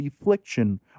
affliction